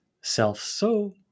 self-so